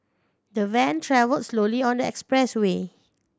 the van travelled slowly on the expressway